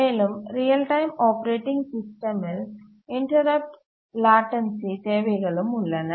மேலும் real time operating சிஸ்டமில் interrupt latency தேவைகளும் உள்ளன